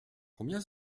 combien